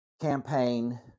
campaign